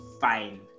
fine